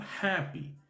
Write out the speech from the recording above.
happy